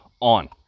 on